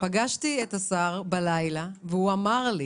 פגשתי את השר בלילה והוא אמר לי: